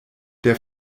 der